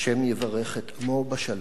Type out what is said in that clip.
ה' יברך את עמו בשלום.